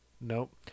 Nope